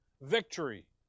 Victory